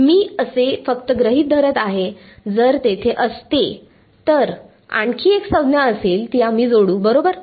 नाही मी असे फक्त गृहित धरत आहे जर तेथे असते तर आणखी एक संज्ञा असेल आम्ही ती जोडू बरोबर